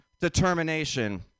determination